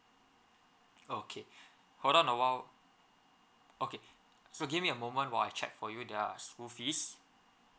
okay hold on a while okay so give me a moment while I check for you their school fees